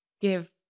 give